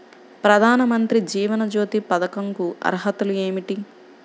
ప్రధాన మంత్రి జీవన జ్యోతి పథకంకు అర్హతలు ఏమిటి?